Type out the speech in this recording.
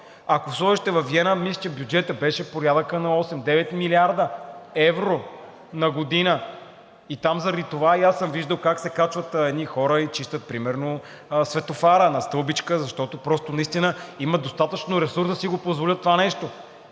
Ако сложите във Виена – мисля, че бюджетът беше в порядъка на 8 – 9 млрд. евро на година, и там заради това аз съм виждал как се качват едни хора и чистят примерно светофара на стълбичка, защото просто наистина имат достатъчно ресурс да си го позволят това нещо.